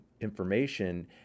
information